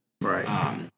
right